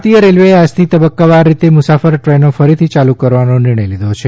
ભારતીય રેલ્વેએ આજથી તબક્કાવાર રીતે મુસાફર દ્રેનો ફરીથી ચાલુ કરવાનો નિર્ણય લીધો છે